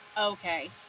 Okay